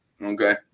Okay